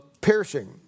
piercing